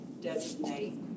designate